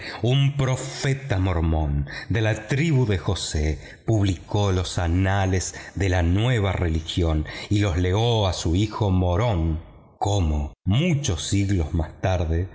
un profeta mormón de la tribu de josé publicó los anales de la nueva religión y los legó a su hijo mormón cómo muchos siglos más tarde